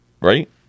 right